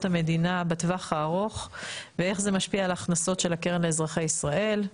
המדינה בטווח הארוך ואיך זה משפיע על ההכנסות של הקרן לאזרחי ישראל.